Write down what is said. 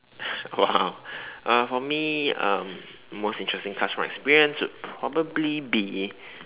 !wow! uh for me um most interesting classroom experience would probably be